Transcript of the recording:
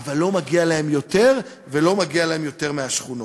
אבל לא מגיע להם יותר ולא מגיע להם יותר מלשכונות.